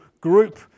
group